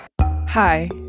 Hi